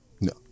No